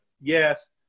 yes